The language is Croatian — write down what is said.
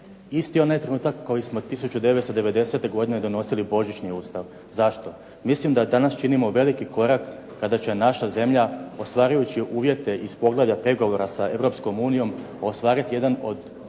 isti onaj trenutak koji smo 1990. godine donosili Božićni Ustav. Zašto? Mislim da danas činimo veliki korak kada će naša zemlja ostvarujući uvjete iz poglavlja pregovora sa Europskom unijom ostvariti jedan od